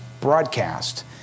Broadcast